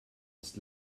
ist